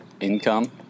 income